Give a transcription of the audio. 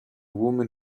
women